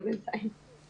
בינתיים עד כאן.